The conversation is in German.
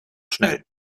schnell